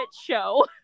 show